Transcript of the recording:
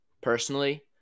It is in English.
personally